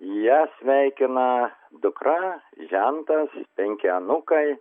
ją sveikina dukra žentas penki anūkai